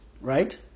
right